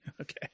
Okay